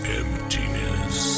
emptiness